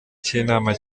cy’inama